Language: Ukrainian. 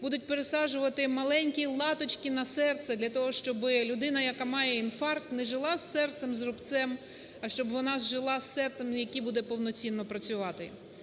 будуть пересаджувати маленькі латочки на серце для того, щоби людина, яка має інфаркт, не жила із серцем з рубцем, а щоб вона жила із серцем, яке буде повноцінно працювати.